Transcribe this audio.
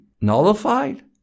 nullified